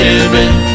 living